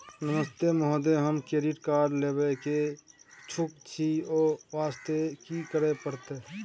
नमस्ते महोदय, हम credit card लेबे के इच्छुक छि ओ वास्ते की करै परतै?